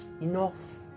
enough